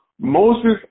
Moses